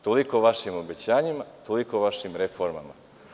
Toliko o vašim obećanjima i toliko o vašim reformama.